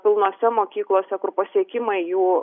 pilnose mokyklose kur pasiekimai jų